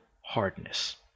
hardness